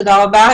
תודה רבה.